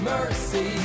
Mercy